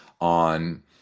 on